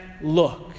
look